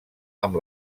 amb